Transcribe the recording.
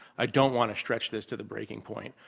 i don't want to stretch this to the breaking point,